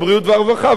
הבריאות והרווחה,